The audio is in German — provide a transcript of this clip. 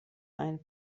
ein